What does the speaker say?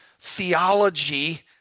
theology